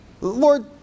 Lord